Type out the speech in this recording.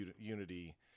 Unity